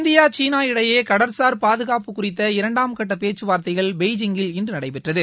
India சீனா இடையே கடற்சார் பாதுகாப்பு குறித்த இரண்டாம் கட்ட பேச்சுவார்த்தைகள் பெய்ஜிங்கில் இன்று நடைபெற்றது